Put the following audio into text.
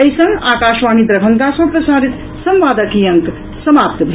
एहि संग आकाशवाणी दरभंगा सँ प्रसारित संवादक ई अंक समाप्त भेल